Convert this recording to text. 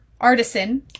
Artisan